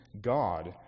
God